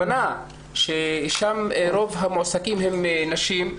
ושם רוב המועסקים הם נשים,